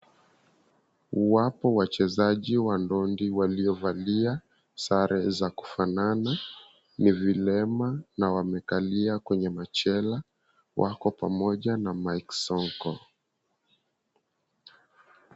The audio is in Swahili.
Wapo wachezaji wa ndondi waliovalia sare za kufanana ni vilema na wamekaliwa kwenye machela wako pamoja na Mike Sonko